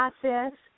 process